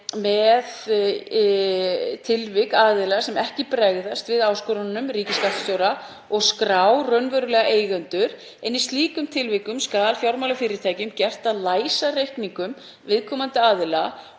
með tilvik aðila sem ekki bregðast við áskorunum ríkisskattstjóra og skrá raunverulega eigendur. Í slíkum tilvikum er fjármálafyrirtækjum gert að læsa reikningum viðkomandi aðila